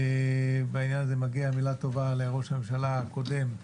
בעניין הזה מגיעה מילה טובה לראש הממשלה הקודם,